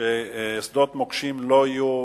ששדות מוקשים לא יהיו